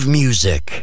music